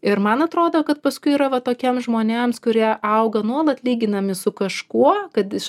ir man atrodo kad paskui yra va tokiems žmonėms kurie auga nuolat lyginami su kažkuo kad iš